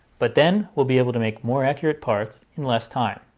but then we'll be able to make more accurate parts in less time.